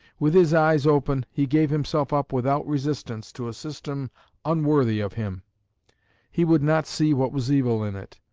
with his eyes open he gave himself up without resistance to a system unworthy of him he would not see what was evil in it,